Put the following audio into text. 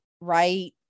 right